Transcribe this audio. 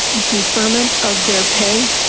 deferment of their pay,